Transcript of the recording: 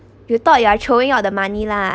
you thought you are throwing all the money lah